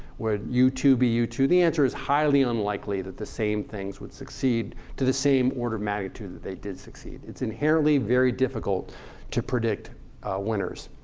would youtube be youtube? the answer is highly unlikely that the same things would succeed to the same of magnitude that they did succeed. it's inherently very difficult to predict winners.